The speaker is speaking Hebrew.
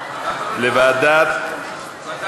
ועדת החוקה.